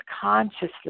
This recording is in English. consciously